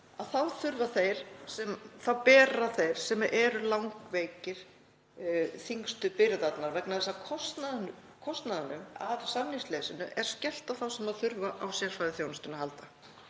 og sjúkraþjálfara bera þeir sem eru langveikir þyngstu byrðarnar vegna þess að kostnaðinum af samningsleysinu er skellt á þá sem þurfa á sérfræðiþjónustu að halda.